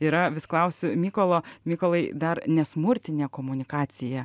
yra vis klausiu mykolo mykolai dar nesmurtinę komunikaciją